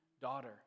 daughter